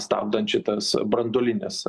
stabdant šitas branduolines